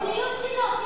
המדיניות שלו.